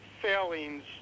failings